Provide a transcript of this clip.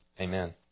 Amen